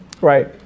Right